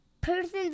persons